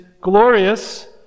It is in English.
glorious